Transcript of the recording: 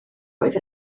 oedd